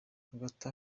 hagati